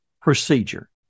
procedure